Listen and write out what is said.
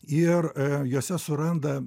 ir jose suranda